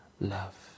love